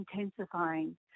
intensifying